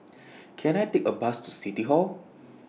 Can I Take A Bus to City Hall